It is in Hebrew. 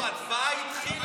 לא, ההצבעה התחילה.